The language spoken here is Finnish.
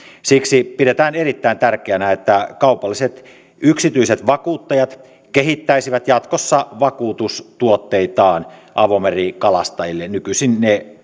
siksi pidetään erittäin tärkeänä että kaupalliset yksityiset vakuuttajat kehittäisivät jatkossa vakuutustuotteitaan avomerikalastajille nykyisin ne